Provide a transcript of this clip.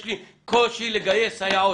יש לי קושי לגייס סייעות,